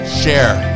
share